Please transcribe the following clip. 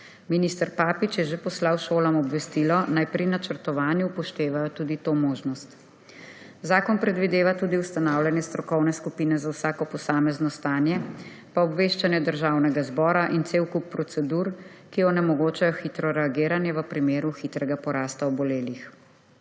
Minister Papič je že poslal šolam obvestilo, naj pri načrtovanju upoštevajo tudi to možnost. Zakon predvideva tudi ustanavljanje strokovne skupine za vsako posamezno stanje pa obveščanje Državnega zbora in cel kup procedur, ki onemogočajo hitro reagiranje v primeru hitrega porasta obolelih.